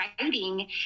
writing